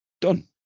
Done